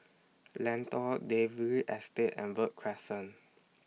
Lentor Dalvey Estate and Verde Crescent